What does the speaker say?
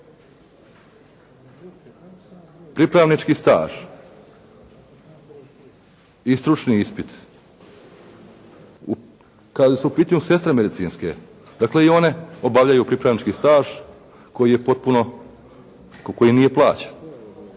Pripravnički staž i stručni ispit. Kada su u pitanju sestre medicinske, dakle i one obavljaju pripravnički staž koji je potpuno,